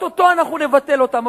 או-טו-טו אנחנו נבטל אותם,